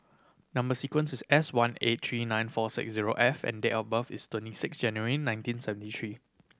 number sequence is S one eight three nine four six zero F and date of birth is twenty six January nineteen seventy three